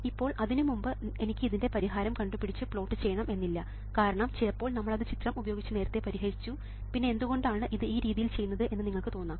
ഇപ്പോൾ അതിനുമുമ്പ് എനിക്ക് ഇതിൻറെ പരിഹാരം കണ്ടുപിടിച്ച് പ്ലോട്ട് ചെയ്യണം എന്നില്ല കാരണം ചിലപ്പോൾ നമ്മൾ അത് ചിത്രം ഉപയോഗിച്ച് നേരത്തെ പരിഹരിച്ചു പിന്നെ എന്തുകൊണ്ടാണ് ഇത് ഈ രീതിയിൽ ചെയ്യുന്നത് എന്ന് നിങ്ങൾക്ക് തോന്നാം